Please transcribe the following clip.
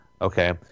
Okay